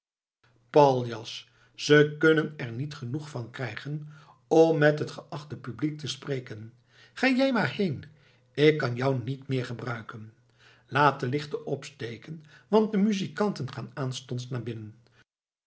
paljas ze kunnen er niet genoeg van krijgen om met het geachte publiek te spreken ga jij maar heen ik kan jou niet meer gebruiken laat de lichten opsteken want de muzikanten gaan aanstonds naar binnen